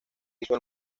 hizo